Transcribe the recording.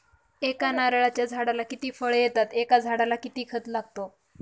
एका नारळाच्या झाडाला किती फळ येतात? एका झाडाला किती खत लागते?